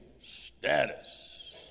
status